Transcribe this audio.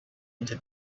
into